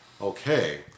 Okay